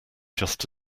just